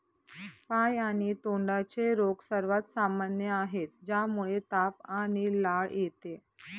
पाय आणि तोंडाचे रोग सर्वात सामान्य आहेत, ज्यामुळे ताप आणि लाळ येते